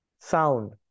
sound